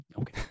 okay